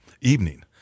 evening